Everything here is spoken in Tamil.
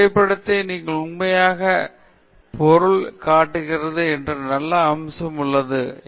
எனவே ஒரு புகைப்படத்தை நீங்கள் உண்மையான பொருள் காட்டுகிறது என்று நல்ல அம்சம் உள்ளது